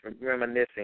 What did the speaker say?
reminiscing